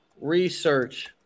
research